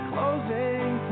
Closing